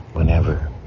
whenever